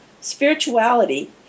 spirituality